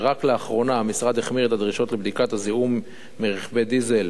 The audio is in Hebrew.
רק לאחרונה המשרד החמיר את הדרישות לבדיקת הזיהום מרכבי דיזל